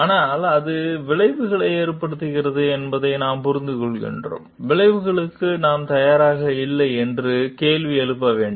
ஆனால் அது விளைவுகளை ஏற்படுத்துகிறது என்பதை நாம் புரிந்துகொள்கிறோம் விளைவுகளுக்கு நாம் தயாரா இல்லையா என்று கேள்வி எழுப்ப வேண்டும்